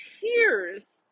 tears